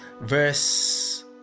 Verse